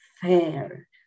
fair